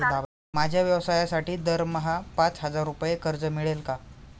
माझ्या व्यवसायासाठी दरमहा पाच हजार रुपये कर्ज मिळेल का?